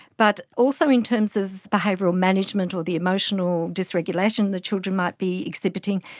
but also in terms of behavioural management or the emotional dysregulation the children might be exhibiting,